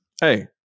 Hey